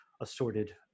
assorted